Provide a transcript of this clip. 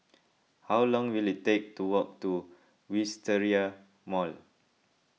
how long will it take to walk to Wisteria Mall